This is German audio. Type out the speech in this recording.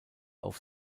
auf